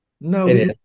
No